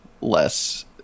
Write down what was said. less